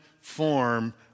form